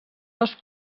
dos